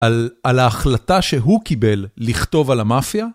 על ההחלטה שהוא קיבל לכתוב על המאפיה?